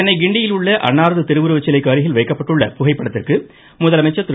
சென்னை கிண்டியில் உள்ள அன்னாரது திருவுருவ சிலைக்கு அருகில் வைக்கப்பட்டுள்ள புகைப்படத்திற்கு முதலமைச்சர் திரு